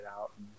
out